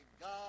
God